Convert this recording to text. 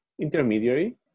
intermediary